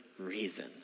Reason